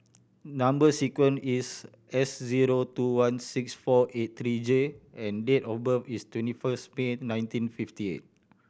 number sequence is S zero two one six four eight three J and date of birth is twenty first May nineteen fifty eight